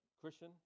Christian